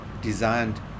designed